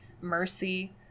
mercy